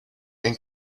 and